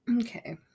Okay